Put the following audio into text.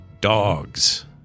Dogs